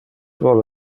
vole